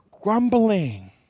grumbling